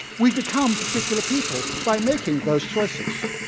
we become particular people by making those choices.